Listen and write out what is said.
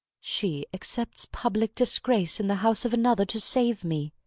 she accepts public disgrace in the house of another to save me.